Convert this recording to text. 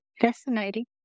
Fascinating